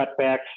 cutbacks